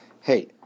hey